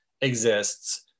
exists